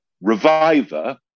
reviver